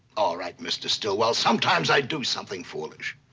all right, mr. stillwell, sometimes i do something foolish.